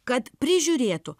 kad prižiūrėtų